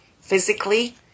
physically